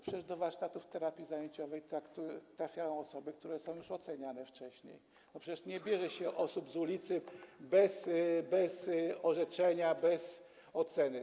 Przecież na warsztaty terapii zajęciowej trafiają osoby, które są już oceniane wcześniej, przecież nie bierze się osób z ulicy, bez orzeczenia, bez oceny.